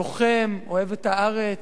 לוחם, אוהב את הארץ,